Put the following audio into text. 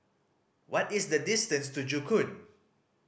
what is the distance to Joo Koon